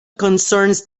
concerns